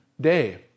day